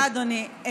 תודה, אדוני.